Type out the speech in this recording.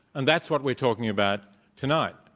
and that's what we're talking about tonight.